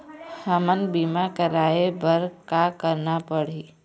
हमन बीमा कराये बर का करना पड़ही?